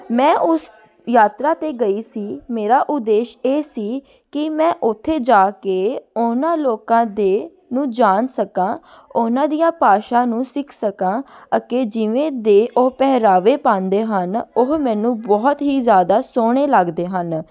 ਮੈਂ ਉਸ ਯਾਤਰਾ 'ਤੇ ਗਈ ਸੀ ਮੇਰਾ ਉਦੇਸ਼ ਇਹ ਸੀ ਕਿ ਮੈਂ ਉੱਥੇ ਜਾ ਕੇ ਉਹਨਾਂ ਲੋਕਾਂ ਦੇ ਨੂੰ ਜਾਣ ਸਕਾਂ ਉਹਨਾਂ ਦੀਆਂ ਭਾਸ਼ਾ ਨੂੰ ਸਿੱਖ ਸਕਾਂ ਅਤੇ ਜਿਵੇਂ ਦੇ ਉਹ ਪਹਿਰਾਵੇ ਪਾਉਂਦੇ ਹਨ ਉਹ ਮੈਨੂੰ ਬਹੁਤ ਹੀ ਜ਼ਿਆਦਾ ਸੋਹਣੇ ਲੱਗਦੇ ਹਨ